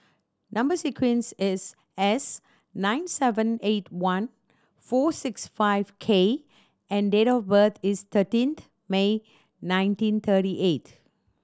number sequence is S nine seven eight one four six five K and date of birth is thirteenth May nineteen thirty eight